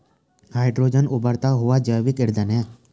hydrogen उबरता हुआ जैविक ईंधन है